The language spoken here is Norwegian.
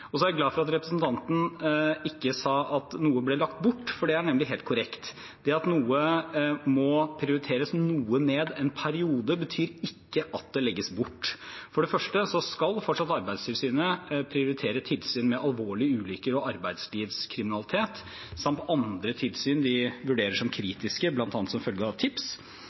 Så er jeg glad for at representanten ikke sa at noe blir lagt bort, for det er nemlig helt korrekt. Det at noe må prioriteres noe ned en periode, betyr ikke at det legges bort. For det første skal Arbeidstilsynet fortsatt prioritere tilsyn med alvorlige ulykker og arbeidslivskriminalitet samt andre tilsyn de vurderer som kritiske, bl.a. som følge av tips.